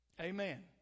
Amen